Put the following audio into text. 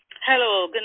Hello